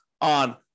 on